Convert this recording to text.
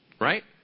right